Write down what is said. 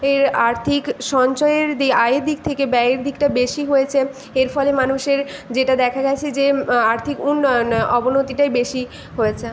এর আর্থিক সঞ্চয়ের দি আয়ের দিক থেকে ব্যয়ের দিকটা বেশি হয়েছে এর ফলে মানুষের যেটা দেখা গিয়েছে যে আর্থিক উন্নয়ন অবনতিটাই বেশি হয়েছে